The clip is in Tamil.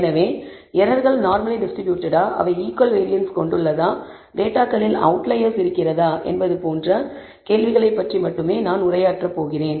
எனவே எரர்கள் நார்மலி டிஸ்ட்ரிபூட்டட்டா அவை ஈகுவல் வேரியன்ஸ் கொண்டுள்ளதா டேட்டாகளில் அவுட்லையெர்ஸ் இருக்கிறதா என்பது போன்ற 2 கேள்விகளை பற்றி மட்டுமே நான் உரையாற்றப் போகிறேன்